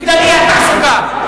בגלל אי-התעסוקה.